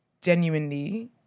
genuinely